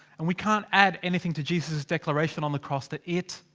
and we can't add anything to jesus' declaration on the cross, that it.